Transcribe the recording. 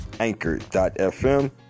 Anchor.fm